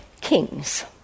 kings